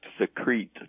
secrete